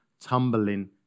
tumbling